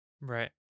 Right